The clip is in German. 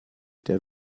der